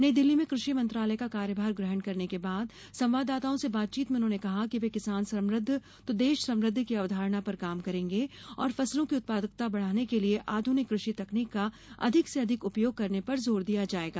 नई दिल्ली में कृषि मंत्रालय का कार्यभार ग्रहण करने के बाद संवाददाताओं से बातचीत में उन्होंने कहा कि वे किसान समृद्ध तो देश समृद्द की अवधारणा पर काम करेंगे और फसलों की उत्पादकता बढ़ाने के लिये आधुनिक कृषि तकनीक का अधिक से अधिक उपयोग करने पर जोर दिया जाएगा